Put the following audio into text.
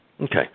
Okay